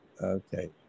Okay